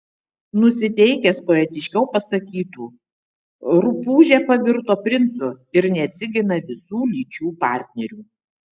nusiteikęs poetiškiau pasakytų rupūžė pavirto princu ir neatsigina visų lyčių partnerių